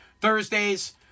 Thursdays